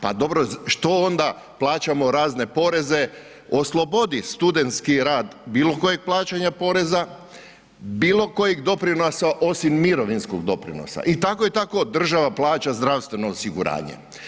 Pa dobro što onda plaćamo razne poreze, oslobodi studentski rad bilokojeg plaćanja poreza, bilokojeg doprinosa osim mirovinskog doprinosa, i tako i tako država plaća zdravstveno osiguranje.